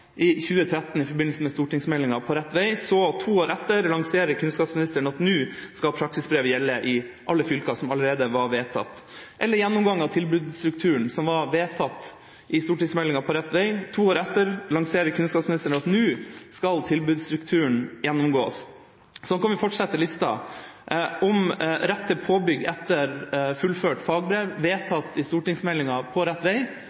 i 2013 i forbindelse med stortingsmeldinga På rett vei. Så to år etter lanserer kunnskapsministeren at nå skal praksisbrev gjelde i alle fylker, noe som allerede var vedtatt. Eller gjennomgang av tilbudsstrukturen, som var vedtatt i forbindelse med stortingsmeldinga På rett vei – to år etter lanserer kunnskapsministeren at nå skal tilbudsstrukturen gjennomgås. Sånn kan vi fortsette lista, f.eks. rett til påbygg etter fullført fagbrev, vedtatt i forbindelse med stortingsmeldinga På rett vei